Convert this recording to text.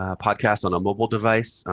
ah podcasts on a mobile device,